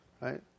Right